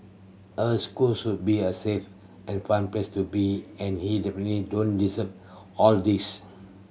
a school should be a safe and fun place to be and he definitely don't deserve all these